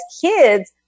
kids